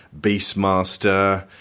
Beastmaster